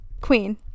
queen